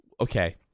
okay